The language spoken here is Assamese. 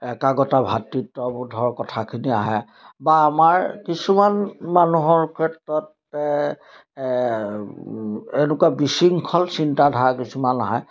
একাগ্ৰতা ভাতৃত্ববোধৰ কথাখিনি আহে বা আমাৰ কিছুমান মানুহৰ ক্ষেত্ৰত এনেকুৱা বিশৃংখল চিন্তা ধাৰা কিছুমান আহে